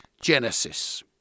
Genesis